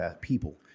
people